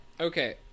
Okay